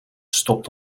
stopt